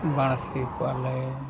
ᱵᱟᱹᱬᱥᱤ ᱠᱚᱣᱟᱞᱮ